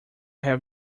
have